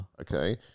Okay